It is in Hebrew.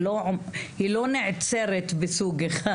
היא לא נעצרת בסוג אחד.